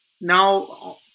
now